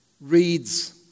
reads